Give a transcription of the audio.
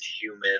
human